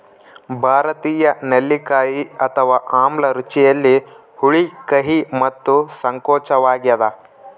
ಭಾರತೀಯ ನೆಲ್ಲಿಕಾಯಿ ಅಥವಾ ಆಮ್ಲ ರುಚಿಯಲ್ಲಿ ಹುಳಿ ಕಹಿ ಮತ್ತು ಸಂಕೋಚವಾಗ್ಯದ